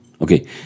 Okay